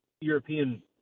European